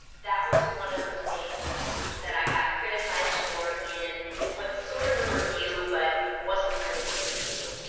that was one of the things that i got criticized for in what's sort of a review but wasn't really a review.